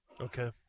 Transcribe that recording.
Okay